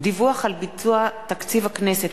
דיווח על ביצוע תקציב הכנסת),